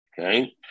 Okay